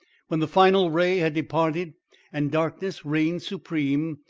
when the final ray had departed and darkness reigned supreme,